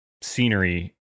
scenery